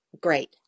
great